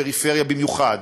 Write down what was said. בפריפריה במיוחד,